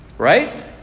Right